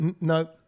no